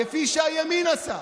כפי שהימין עשה,